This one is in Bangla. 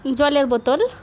জলের বোতল